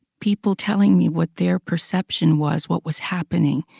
people telling me what their perception was, what was happening,